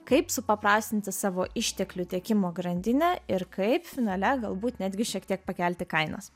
kaip supaprastinti savo išteklių tiekimo grandinę ir kaip finale galbūt netgi šiek tiek pakelti kainas